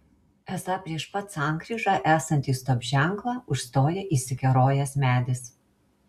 esą prieš pat sankryžą esantį stop ženklą užstoja įsikerojęs medis